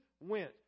went